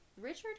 Richard